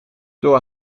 door